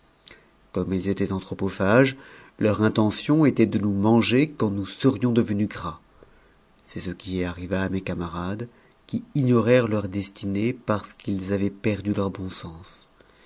comme ils étaient anthronot'hages leur intention était de nous manger quand nous serions devenus gras c'est ce qui arriva à mes camarades qui ignorèrent leur jmtinee parce qu'itsavaient perdu eur bon sens